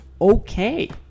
Okay